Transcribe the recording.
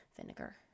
vinegar